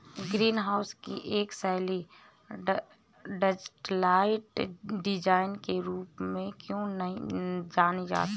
Green house की एक शैली डचलाइट डिजाइन के रूप में क्यों जानी जाती है?